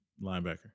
Linebacker